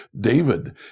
David